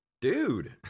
Dude